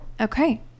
okay